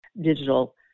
digital